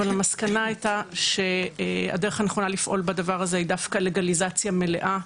אבל המסקנה הייתה שהדרך הנכונה לפעול בדבר הזה היא דווקא לגליזציה מלאה,